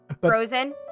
Frozen